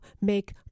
make